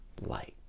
light